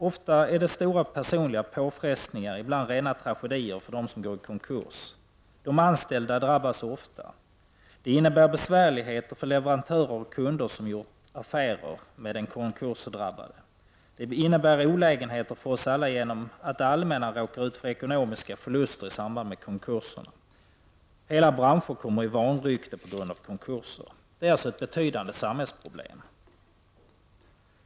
Ofta rör det sig om stora personliga påfrestningar, ibland rena tragedier, för dem som går i konkurs. De anställda drabbas ofta. Det innebär besvärligheter för leverantörer och kunder som gjort affärer med den konkursdrabbade, och det innebär olägenheter för oss alla genom att det allmänna råkar ut för ekonomiska förluster i samband med konkurserna. Hela branscher kommer i vanrykte på grund av konkurser. Det är alltså ett betydande samhällsproblem.